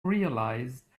realised